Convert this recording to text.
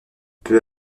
peu